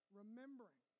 remembering